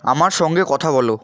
আমার সঙ্গে কথা বলো